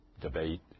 debate